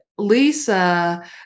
Lisa